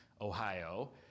Ohio